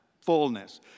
Fullness